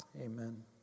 Amen